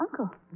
uncle